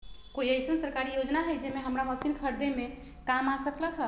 कोइ अईसन सरकारी योजना हई जे हमरा मशीन खरीदे में काम आ सकलक ह?